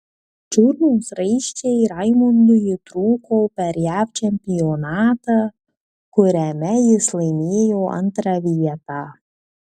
čiurnos raiščiai raimundui įtrūko per jav čempionatą kuriame jis laimėjo antrą vietą